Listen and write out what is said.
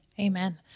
Amen